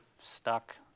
stuck